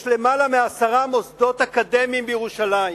יש למעלה מעשרה מוסדות אקדמיים בירושלים.